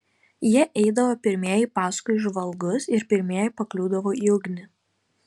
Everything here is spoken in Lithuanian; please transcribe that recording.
jie eidavo pirmieji paskui žvalgus ir pirmieji pakliūdavo į ugnį